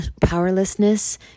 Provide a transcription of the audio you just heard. powerlessness